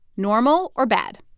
normal or bad?